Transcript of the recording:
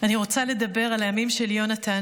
אני רוצה לדבר על הימים של יונתן,